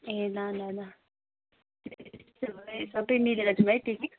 ए ल ल ल त्यसो भए सबै मिलेर जौँ है पिकनिक